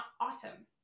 awesome